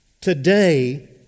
today